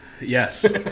Yes